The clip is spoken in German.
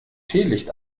teelicht